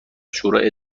شوری